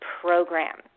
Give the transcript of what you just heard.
program